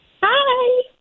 Hi